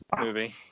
movie